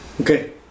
Okay